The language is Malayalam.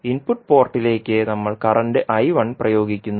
ഇൻപുട്ട് പോർട്ടിലേക്ക് നമ്മൾ കറന്റ് പ്രയോഗിക്കുന്നു